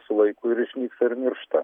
su laiku ir išnyks ir miršta